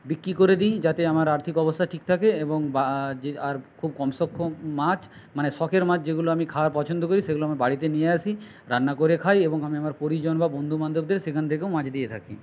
বিক্রি করে দিই যাতে আমার আর্থিক অবস্থা ঠিক থাকে এবং বা যে আর খুব কম সক্ষম মাছ মানে শখের মাছ যেগুলো আমি খাওয়ার পছন্দ করি সেগুলো আমি বাড়িতে নিয়ে আসি রান্না করে খাই এবং আমি আমার পরিজন বা বন্ধু বান্ধবদের সেখান থেকেও মাছ দিয়ে থাকি